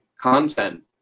content